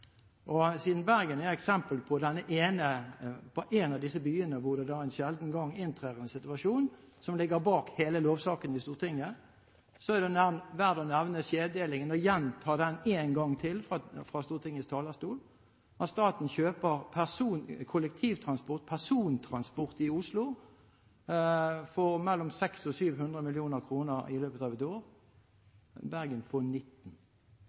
Siden Bergen er eksempel på en av disse byene hvor det en sjelden gang inntrer en situasjon som ligger bak hele lovsaken i Stortinget, er det verd å nevne skjevdelingen og gjenta den en gang til fra Stortingets talerstol: Staten kjøper kollektivtransport, persontransport, i Oslo for mellom 600 mill. kr og 700 mill. kr i løpet av ett år. Bergen får 19